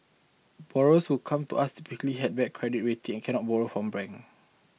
borrowers who come to us typically had red credit rating cannot borrow from ban